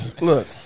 look